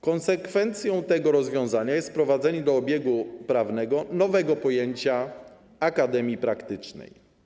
Konsekwencją tego rozwiązania jest wprowadzenie do obiegu prawnego nowego pojęcia akademii praktycznej.